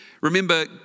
Remember